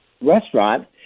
restaurant